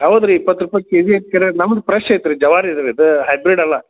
ಹೌದ್ರಿ ಇಪ್ಪತ್ತು ರೂಪಾಯಿ ಕೆಜಿ ಅಂತೀರ ನಮ್ದು ಪ್ರೆಶ್ ಐತ್ರಿ ಜವಾರಿಯಾದ ರೀ ಅದ್ ಹೈಬ್ರಿಡ್ ಅಲ್ಲ